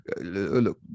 look